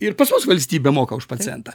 ir pas mus valstybė moka už pacientą